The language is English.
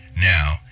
now